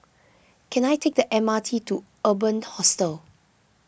can I take the M R T to Urban Hostel